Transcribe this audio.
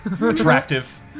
attractive